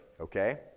Okay